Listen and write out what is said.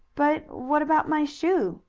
but what about my shoe?